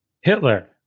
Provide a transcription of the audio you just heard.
Hitler